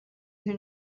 her